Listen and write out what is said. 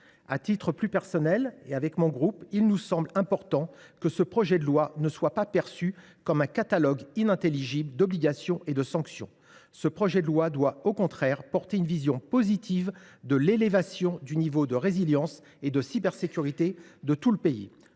À titre plus personnel, j’estime, avec mon groupe, qu’il est important que le projet de loi ne soit pas perçu comme un catalogue inintelligible d’obligations et de sanctions. Il doit au contraire faire valoir une vision positive de l’élévation du niveau de résilience et de cybersécurité de tout le pays.